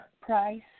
Price